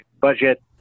budget